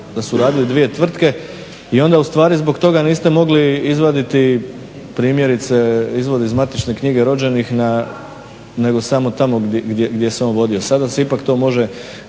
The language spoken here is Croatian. da su radile dvije tvrtke i onda ustvari zbog toga niste mogli izvaditi primjerice izvod iz matične knjige rođenih nego samo tamo gdje se on vodio. Sada se ipak to može